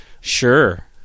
Sure